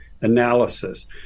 analysis